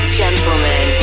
gentlemen